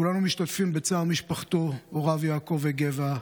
כולנו משתתפים בצער משפחתו, הוריו יעקב וגבע,